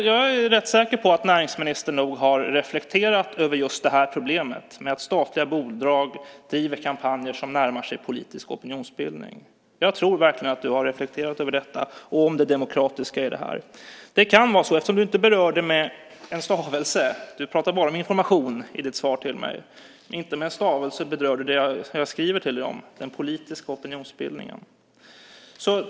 Jag är rätt säker på att näringsministern har reflekterat över just det här problemet, att statliga bolag driver kampanjer som närmar sig politisk opinionsbildning. Jag tror verkligen att du har reflekterat över detta, och över det demokratiska i det, eftersom du inte berör det med en stavelse. Du pratar bara om information i ditt svar till mig. Inte med en stavelse berör du det jag skriver till dig om, den politiska opinionsbildningen.